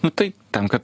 nu tai tenka